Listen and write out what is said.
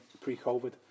pre-Covid